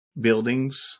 buildings